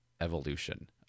evolution